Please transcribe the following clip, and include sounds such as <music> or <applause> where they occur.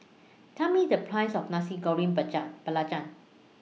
Tell Me The Price of Nasi Goreng <unintelligible>